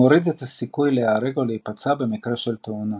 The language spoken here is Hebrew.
מוריד את הסיכוי להיהרג או להיפצע במקרה של תאונה.